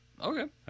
Okay